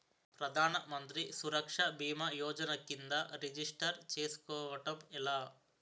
ప్రధాన మంత్రి సురక్ష భీమా యోజన కిందా రిజిస్టర్ చేసుకోవటం ఎలా?